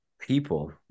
people